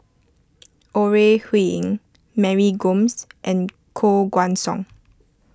Ore Huiying Mary Gomes and Koh Guan Song